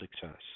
success